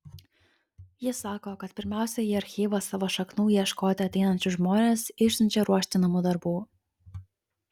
ji sako kad pirmiausia į archyvą savo šaknų ieškoti ateinančius žmones išsiunčia ruošti namų darbų